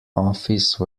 office